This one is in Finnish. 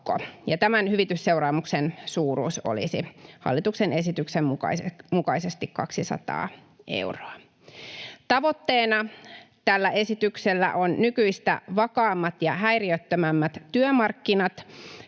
tämän hyvitysseuraamuksen suuruus olisi hallituksen esityksen mukaisesti 200 euroa. Tavoitteena tällä esityksellä ovat nykyistä vakaammat ja häiriöttömämmät työmarkkinat,